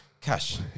cash